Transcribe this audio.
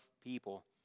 people